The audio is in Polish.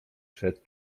przed